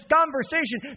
conversation